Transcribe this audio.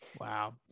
Wow